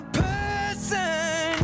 person